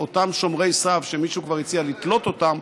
אותם שומרי סף שמישהו כבר הציע לתלות אותם,